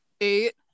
Eight